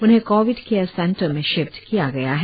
उन्हें covid care centre में shift किया गया है